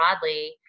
broadly